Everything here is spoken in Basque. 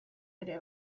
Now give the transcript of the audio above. ere